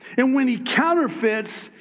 and when he counterfeits,